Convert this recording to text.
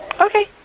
Okay